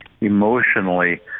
Emotionally